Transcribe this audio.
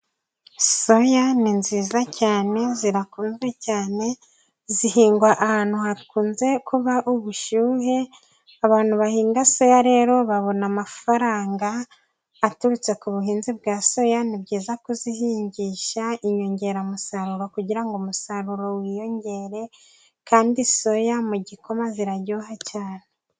Soya ni nziza cyane zirakunzwe cyane zihingwa ahantu hakunze kuba ubushyuhe. Abantu bahinga soya rero babona amafaranga aturutse ku buhinzi bwa soya. Ni byiza kuzihingisha inyongeramusaruro kugira umusaruro wiyongere kandi soya mu gikoma ziraryoha cyane.